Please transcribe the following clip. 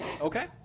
Okay